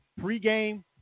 Pre-Game